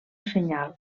senyal